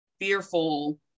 fearful